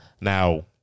Now